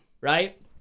right